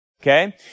okay